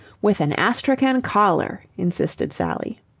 with an astrakhan collar, insisted sally.